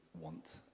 want